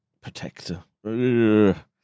protector